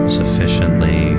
sufficiently